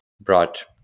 brought